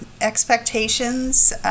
expectations